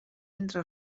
entre